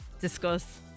Discuss